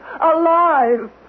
alive